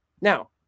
Now